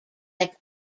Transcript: like